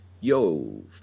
Yo